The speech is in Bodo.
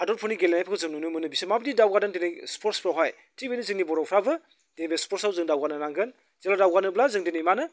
हादोरफोरनि गेलेनायफोरखौ जों नुनो मोनो बिसोर माबादि दावगादों दोनै स्पर्ट्सफ्रावहाय थिग बेबायदिनो जोंनि बर'फ्राबो दिनै बे स्पर्ट्सआव जों दावगानो नांगोन जोङो दावगानोब्ला जों दिनै मा होनो